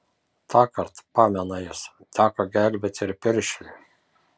tąkart pamena jis teko gelbėti ir piršliui